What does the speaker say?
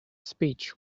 speech